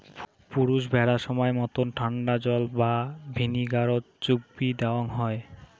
পুরুষ ভ্যাড়া সমায় মতন ঠান্ডা জল বা ভিনিগারত চুগবি দ্যাওয়ং হই